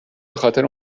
بخاطر